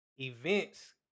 Events